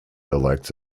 elects